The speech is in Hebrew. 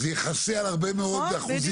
זה יכסה על הרבה מאוד אחוזים.